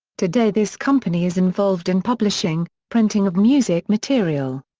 today this company is involved in publishing, printing of music material.